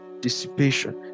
dissipation